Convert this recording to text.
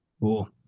Cool